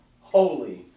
holy